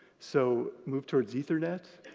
so move towards ethernets,